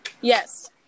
Yes